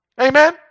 Amen